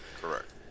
Correct